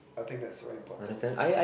I think that's very important